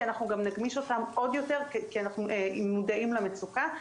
אנחנו גם נגמיש אותם עוד יותר כי אנחנו מודעים למצוקה,